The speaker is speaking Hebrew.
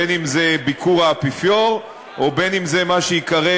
בין שזה ביקור האפיפיור ובין שזה מה שיקרה